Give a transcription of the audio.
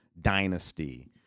Dynasty